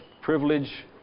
privilege